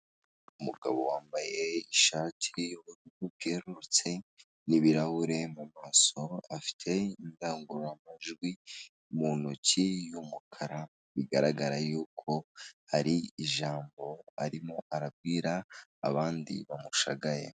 Umugabo wambaye ishati y'ubururu bwerurutse n'ibirahure mu maso, afite indangururamajwi mu ntoki y'umukara, bigaragara ko hari ijambo arimo arabwira abandi bamushagaye.